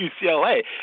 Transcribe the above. UCLA